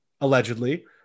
Allegedly